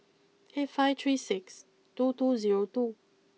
eight five three six two two zero two